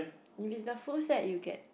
if is the full set you get